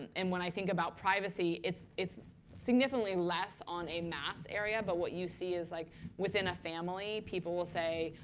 and and when i think about privacy, it's it's significantly less on a mass area. but what you see is like within a family, people will say,